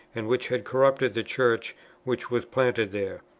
and which had corrupted the church which was planted there.